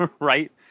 right